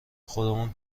خودمون